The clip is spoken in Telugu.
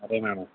సరే మేడం